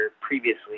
previously